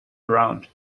around